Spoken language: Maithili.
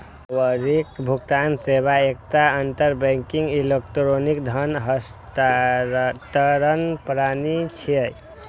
त्वरित भुगतान सेवा एकटा अंतर बैंकिंग इलेक्ट्रॉनिक धन हस्तांतरण प्रणाली छियै